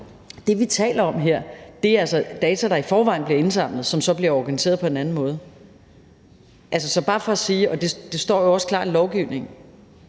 det, vi taler om her, altså er data, der i forvejen bliver indsamlet, som så bliver organiseret på en anden måde. Det står også klart i bemærkningerne til lovgivningen.